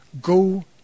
Go